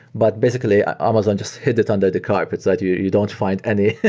but basically, amazon just hid it under the carpets that you you don't find anywhere.